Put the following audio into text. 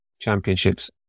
Championships